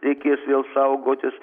reikės vėl saugotis